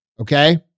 Okay